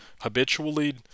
habitually